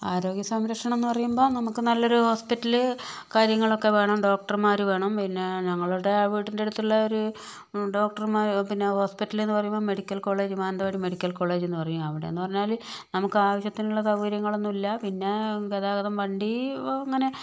ആരോഗ്യ സംരക്ഷണംന്നു പറയുമബോൾ നമുക്ക് നല്ലൊരു ഹോസ്പിറ്റല് കാര്യങ്ങളൊക്കെ വേണം ഡോക്ടർമാര് വേണം പിന്നെ ഞങ്ങൾടെ വീടിൻ്റെ അടുത്തുള്ള ഒരു ഡോക്ടർമാര് പിന്നെ ഹോസ്പിറ്റല്ന്നു പറയുമ്പോ മെഡിക്കൽ കോളേജ് മാനന്തവാടി മെഡിക്കൽ കോളജ്ന്നു പറയും അവിടെന്നു പറഞ്ഞാല് നമുക്ക് ആവശ്യത്തിനുള്ള സൗകര്യങ്ങളൊന്നുമില്ല പിന്നെ ഗതാഗതം വണ്ടി അങ്ങനെ